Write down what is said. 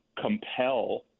compel